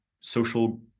social